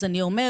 אז אני אומרת,